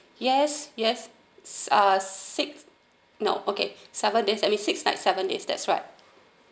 yes yes uh six no okay seven day I mean six nights seven day that's right